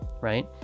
right